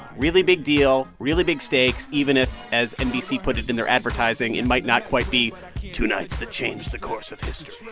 really big deal, really big stakes even if as nbc put it in their advertising, it might not quite be two nights that change the course of history